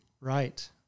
Right